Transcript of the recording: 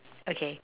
okay